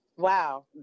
Wow